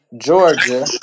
Georgia